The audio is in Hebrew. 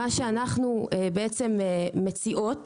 אנחנו מציעות